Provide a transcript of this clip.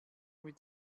mit